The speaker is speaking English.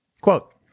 Quote